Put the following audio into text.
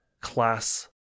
class